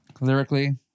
lyrically